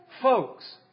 Folks